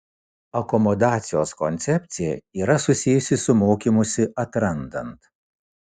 akomodacijos koncepcija yra susijusi su mokymusi atrandant